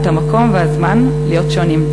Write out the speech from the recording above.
את המקום והזמן להיות שונים.